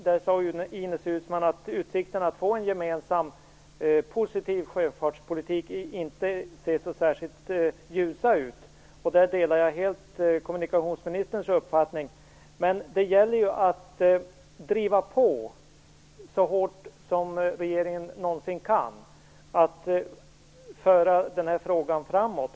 Där sade Ines Uusmann att utsikterna att få en gemensam positiv sjöfartspolitik inte ser särskilt ljusa ut. Där delar jag helt kommunikationsministerns uppfattning. Men det gäller att driva på så hårt som regeringen någonsin kan när det gäller att föra den här frågan framåt.